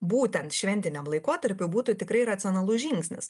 būtent šventiniam laikotarpiui būtų tikrai racionalus žingsnis